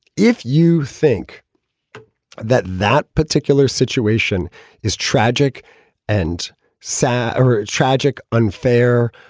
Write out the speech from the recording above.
if you think that that particular situation is tragic and sad or tragic, unfair,